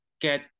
get